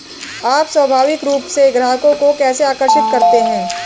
आप स्वाभाविक रूप से ग्राहकों को कैसे आकर्षित करते हैं?